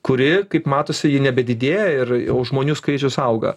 kuri kaip matosi ji nebedidėja ir žmonių skaičius auga